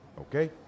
Okay